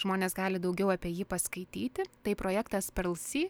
žmonės gali daugiau apie jį paskaityti tai projektas perl si